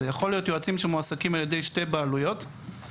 יכול להיות יועצים שמועסקים על ידי שתי בעלויות ולכן,